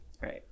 Right